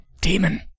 demon